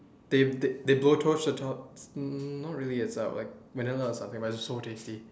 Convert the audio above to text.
they they they blow torch the top mm not really it's like vanilla or something but it's so tasty